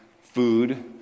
food